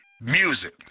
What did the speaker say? music